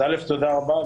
תודה רבה.